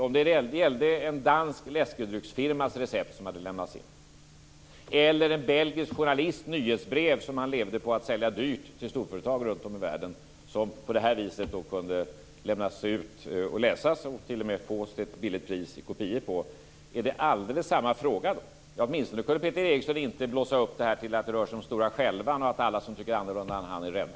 Om det gällde en dansk läskedrycksfirma vars recept lämnats in eller en belgisk journalists nyhetsbrev som han levde på att sälja dyrt till storföretag runt om i världen som på det här viset kunde lämnas ut, läsas och t.o.m. fås kopior på till ett lågt pris - vore det alldeles samma fråga då? Åtminstone kunde Peter Eriksson inte då blåsa upp det här till att det rör sig om stora skälvan och att alla som tycker annorlunda än han är rädda.